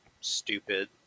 stupid